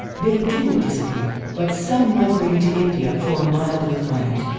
they didn't disappear, but some migrated to india for a milder climate.